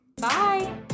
Bye